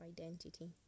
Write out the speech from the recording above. identity